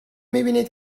میبینید